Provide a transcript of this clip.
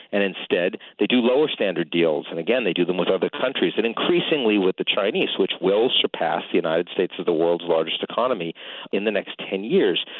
and instead they do lower standard deals. and again they do them with other countries and increasingly with the chinese, which will surpass the united states as the world's largest economy in the next ten years.